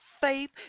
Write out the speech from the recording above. faith